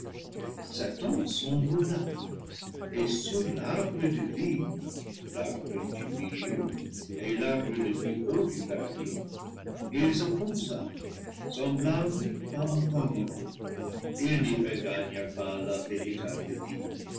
satan s'envola et sur l'arbre de vie l'arbre du milieu et l'arbre le plus haut du paradis il se posa semblable à un cormoran il n'y regagna pas la véritable vie